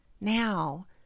now